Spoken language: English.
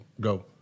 go